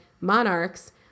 monarchs